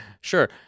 Sure